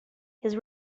his